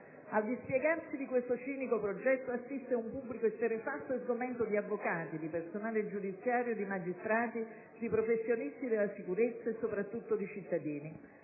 Al dispiegarsi di questo cinico progetto assiste un pubblico esterrefatto e sgomento di avvocati, di personale giudiziario, di magistrati, di professionisti della sicurezza e, soprattutto, di cittadini.